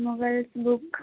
novels book